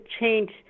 change